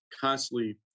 constantly